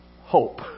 hope